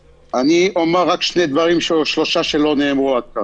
אני אומר רק שניים-שלושה דברים שלא נאמרו עד עתה